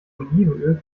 olivenöl